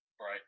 Right